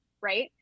right